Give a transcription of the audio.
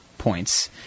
points